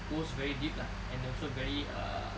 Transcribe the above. goes very deep lah and also very err